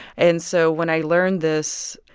and so when i learned this,